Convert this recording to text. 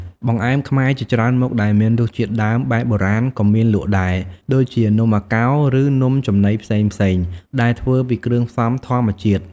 បង្អែមខ្មែរជាច្រើនមុខដែលមានរសជាតិដើមបែបបុរាណក៏មានលក់ដែរ ដូចជានំអាកោឬនំចំណីផ្សេងៗដែលធ្វើពីគ្រឿងផ្សំធម្មជាតិ។